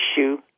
issue